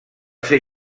ser